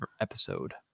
episode